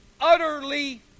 utterly